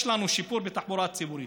יש לנו שיפור בתחבורה הציבורית,